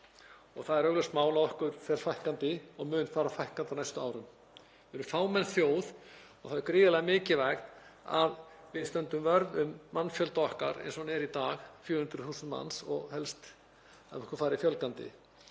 og það er augljóst mál að okkur fer fækkandi og mun fara fækkandi á næstu árum. Við erum fámenn þjóð og það er gríðarlega mikilvægt að við stöndum vörð um mannfjölda okkar eins og hann er í dag, 400.000 manns, og helst að okkur fari fjölgandi.